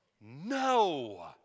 No